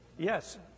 Yes